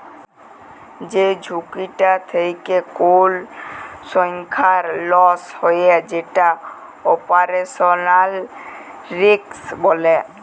যে ঝুঁকিটা থেক্যে কোল সংস্থার লস হ্যয়ে যেটা অপারেশনাল রিস্ক বলে